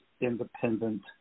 independent